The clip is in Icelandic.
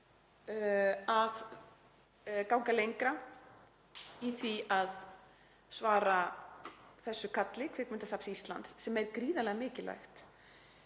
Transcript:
að ganga lengra í því að svara þessu kalli Kvikmyndasafns Íslands sem er gríðarlega mikilvægt.